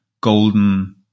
golden